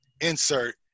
insert